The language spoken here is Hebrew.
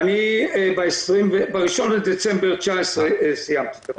ב-1 לדצמבר 2019 סיימתי את התפקיד.